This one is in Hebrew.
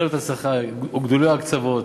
הוגדלו הקצבאות,